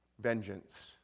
vengeance